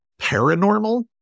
paranormal